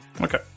Okay